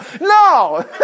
No